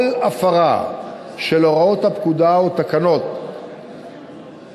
כל הפרה של הוראות הפקודה או תקנות לפיה